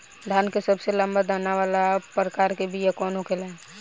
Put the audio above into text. धान के सबसे लंबा दाना वाला प्रकार के बीया कौन होखेला?